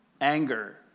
anger